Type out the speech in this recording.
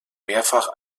mehrfach